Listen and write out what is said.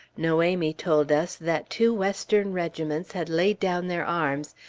noemie told us that two western regiments had laid down their arms,